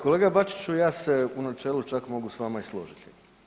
Kolega Bačiću ja se u načelu čak mogu i s vama i složit.